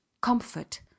comfort